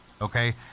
okay